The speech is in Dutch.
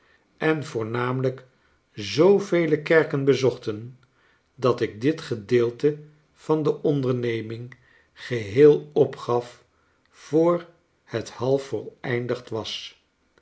en voornamelijk zoovele kerken bezochten dat ik dit gedeelte van de onderneming geheel opgaf voor het half voleindigd was